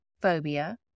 phobia